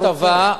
אתה רוצה הטבה?